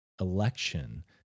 Election